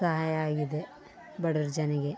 ಸಹಾಯ ಆಗಿದೆ ಬಡವರು ಜನರಿಗೆ